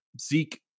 Zeke